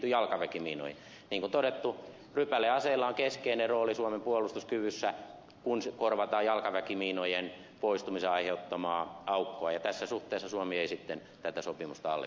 niin kuin todettu rypäleaseilla on keskeinen rooli suomen puolustuskyvyssä kun korvataan jalkaväkimiinojen poistumisen aiheuttamaa aukkoa ja tässä suhteessa suomi ei sitten tätä sopimusta l